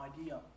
idea